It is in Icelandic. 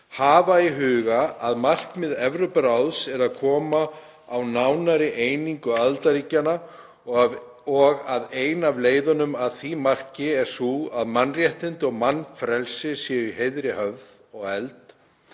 hafa í huga, að markmið Evrópuráðs er að koma á nánari einingu aðildarríkjanna og að ein af leiðunum að því marki er sú, að mannréttindi og mannfrelsi séu í heiðri höfð og efld;